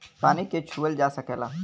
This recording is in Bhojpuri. पानी के छूअल जा सकेला